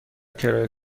کرایه